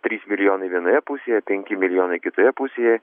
trys milijonai vienoje pusėje penki milijonai kitoje pusėje